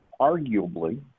arguably